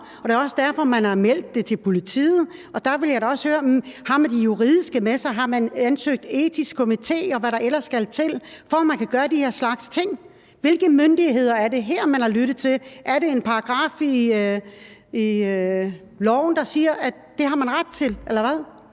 om. Det er også derfor, man har meldt det til politiet. Der vil jeg da også høre: Har man det juridiske med sig? Har man ansøgt etisk komité, og hvad der ellers skal til, for at man kan gøre den her slags ting? Hvilke myndigheder er det, man har lyttet til her? Er det en paragraf i loven, der siger, at det har man ret til, eller hvad?